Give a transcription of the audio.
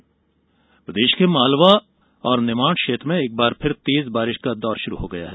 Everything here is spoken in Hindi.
मौसम प्रदेश के मालवा निमाड़ क्षेत्र में एक बार फिर तेज बारिश का दौर शुरू हो गया है